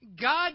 God